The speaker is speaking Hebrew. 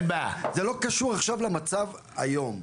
זה לא קשור עכשיו למצב היום.